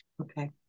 Okay